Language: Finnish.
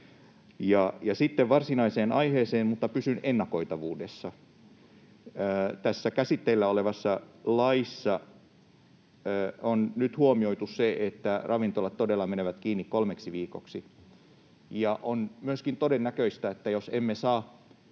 sitten varsinaiseen aiheeseen, mutta pysyn ennakoitavuudessa: Tässä käsitteillä olevassa laissa on nyt huomioitu se, että ravintolat todella menevät kiinni kolmeksi viikoksi, ja on myöskin todennäköistä, että jos emme saa